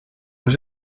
has